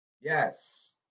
Yes